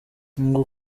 ngo